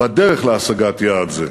בדרך להשגת יעד זה.